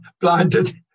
blinded